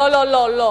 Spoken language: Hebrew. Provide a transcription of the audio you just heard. לא, לא, לא.